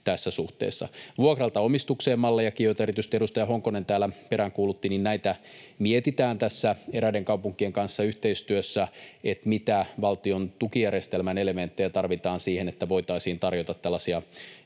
Vuokralta omistukseen ‑mallejakin, joita erityisesti edustaja Honkonen täällä peräänkuulutti, mietitään tässä eräiden kaupunkien kanssa yhteistyössä: mitä valtion tukijärjestelmän elementtejä tarvitaan siihen, että voitaisiin tarjota tällaisia